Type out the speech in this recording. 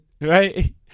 Right